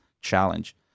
challenge